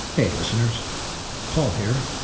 hey listeners paul here,